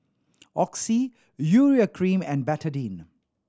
Oxy Urea Cream and Betadine